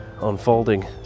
unfolding